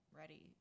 ready